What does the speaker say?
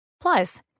Plus